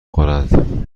خورد